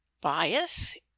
bias